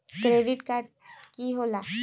Credit card की होला?